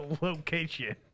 location